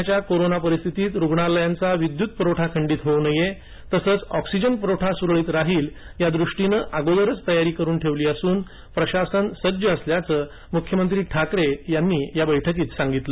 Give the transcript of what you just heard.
सध्याच्या कोरोना परिस्थितीत रुग्णालयांचा विद्युत प्रवठा खंडित होऊ नये तसेच ऑक्सिजन पुरवठा सुरळीत राहील यादृष्टीने अगोदरच तयारी करून ठेवली असून प्रशासन सज्ज असल्याचं मुख्यमंत्री ठाकरे यांनी या बैठकीत सांगितलं